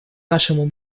нашему